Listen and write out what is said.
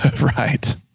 Right